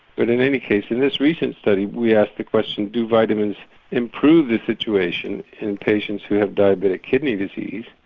but in any case in this recent study we asked the question do vitamins improve the situation in patients who have diabetic kidney disease?